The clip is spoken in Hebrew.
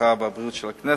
הרווחה והבריאות של הכנסת.